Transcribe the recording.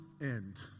end